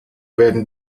werden